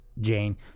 Jane